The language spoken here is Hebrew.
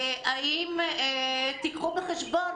האם ייקחו בחשבון